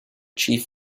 chief